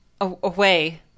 Away